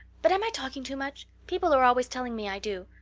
but am i talking too much? people are always telling me i do.